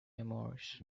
memoirs